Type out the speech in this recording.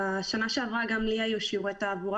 בשנה שעברה גם לי היו שיעורי תעבורה